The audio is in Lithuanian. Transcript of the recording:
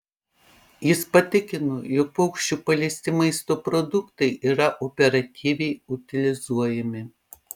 jis patikino jog paukščių paliesti maisto produktai yra operatyviai utilizuojami